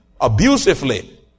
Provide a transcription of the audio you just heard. abusively